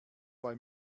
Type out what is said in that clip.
bei